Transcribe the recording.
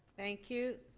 thank you.